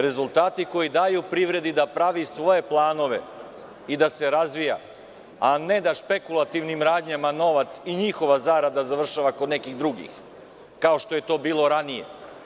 Rezultati koji daju privredi da pravi svoje planove i da se razvija, a ne da špekulativnim radnjama novac i njihova zarada završava kod nekih drugih, kao što je to bilo ranije.